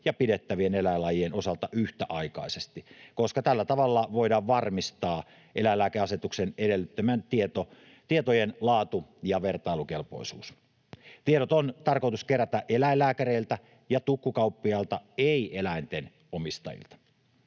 ja pidettävien eläinlajien osalta yhtäaikaisesti, koska tällä tavalla voidaan varmistaa eläinlääkeasetuksen edellyttämien tietojen laatu ja vertailukelpoisuus. Tiedot on tarkoitus kerätä eläinlääkäreiltä ja tukkukauppiailta, ei eläinten omistajilta.